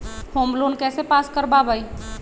Home loan कैसे pass कर बाबई?